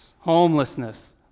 homelessness